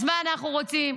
אז מה אנחנו רוצים?